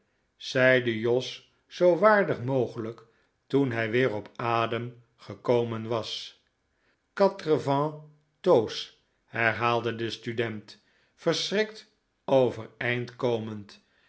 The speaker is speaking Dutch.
zeide jos zoo waardig mogelijk toen hij weer op adem gekomen was quater fang tooce herhaalde de student verschrikt overeind komend